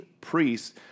priests